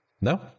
No